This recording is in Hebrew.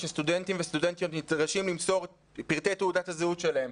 שסטודנטים וסטודנטיות נדרשים למסור את פרטי תעודת הזהות שלהם,